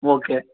okay